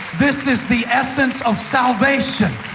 this is the essence of salvation.